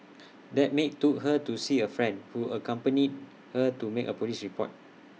that maid took her to see A friend who accompanied her to make A Police report